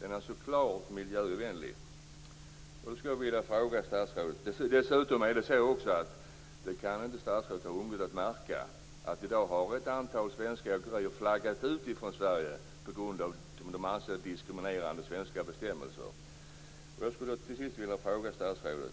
Den är alltså klart miljöovänlig. Dessutom kan statsrådet inte ha undgått att märka att ett antal svenska åkerier har flaggat ut från Sverige på grund av att de anser att de svenska bestämmelserna är diskriminerande. Jag skulle till sist vilja ställa en fråga till statsrådet